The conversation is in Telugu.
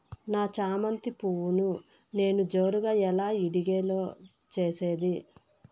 నా చామంతి పువ్వును నేను జోరుగా ఎలా ఇడిగే లో చేసేది?